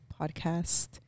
podcast